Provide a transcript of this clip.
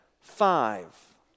five